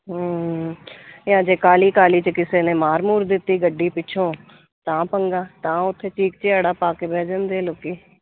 ਅੱਜ ਕਾਹਲੀ ਕਾਹਲੀ 'ਚ ਕਿਸੇ ਨੇ ਮਾਰ ਮੂਰ ਦਿੱਤੀ ਗੱਡੀ ਪਿੱਛੋਂ ਤਾਂ ਪੰਗਾ ਤਾਂ ਉੱਥੇ ਚੀਕ ਚਿਹਾੜਾ ਪਾ ਕੇ ਬਹਿ ਜਾਂਦੇ ਲੋਕ